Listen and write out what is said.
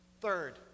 Third